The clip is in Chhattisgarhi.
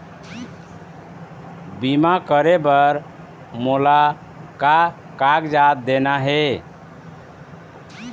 बीमा करे बर मोला का कागजात देना हे?